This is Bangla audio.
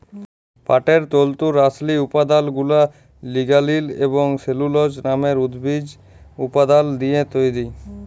পাটের তল্তুর আসলি উৎপাদলগুলা লিগালিল এবং সেলুলজ লামের উদ্ভিজ্জ উপাদাল দিঁয়ে তৈরি